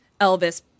Elvis